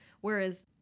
Whereas